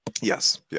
Yes